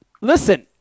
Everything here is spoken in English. Listen